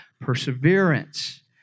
Perseverance